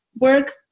work